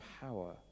power